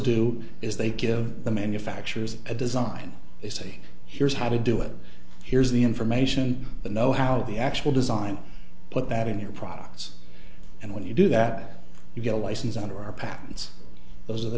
do is they give the manufacturers a design they say here's how to do it here's the information the know how the actual design put that in your products and when you do that you get a license under our patents those are the